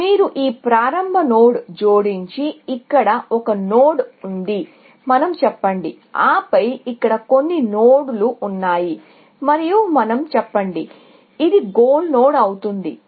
మీరు ఈ ప్రారంభ నోడ్ను జోడించి ఇక్కడ ఒక నోడ్ ఉంది మనం చెప్పండి ఆపై ఇక్కడ కొన్ని నోడ్లు ఉన్నాయి ఇది మన గోల్ నోడ్ అవుతుందని చెప్పండి